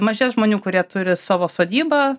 mažės žmonių kurie turi savo sodybą